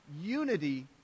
unity